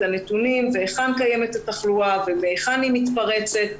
הנתונים היכן קיימת התחלואה ומהיכן היא מתפרצת.